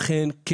אכן כן,